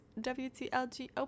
WTLGO